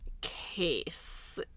case